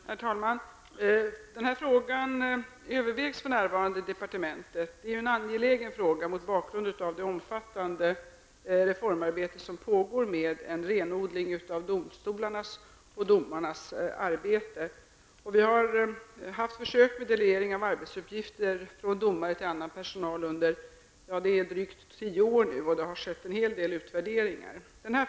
Herr talman! Den frågan övervägs för närvarande i departementet. Det är en angelägen fråga mot bakgrund av det omfattande reformarbete som pågår med en renodling av domstolarnas och domarnas arbete. Det har skett försök med delegering av arbetsuppgifter från domare till annan personal under drygt tio år, och det har gjorts en hel del utvärderingar.